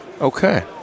Okay